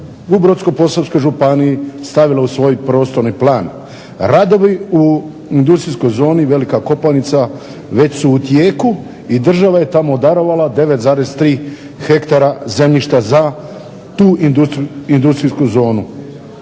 Brodsko-posavskoj županiji stavile u svoj prostorni plan. Rado bi u industrijskoj zoni Velika Kopanica već su u tijeku i država je tamo darovala 9,3 hektara zemljišta za tu industrijsku zonu.